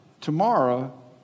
tomorrow